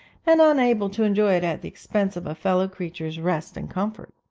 and unable to enjoy it at the expense of a fellow-creature's rest and comfort.